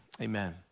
Amen